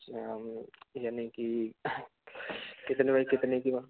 यानि की कितने बाय कितने की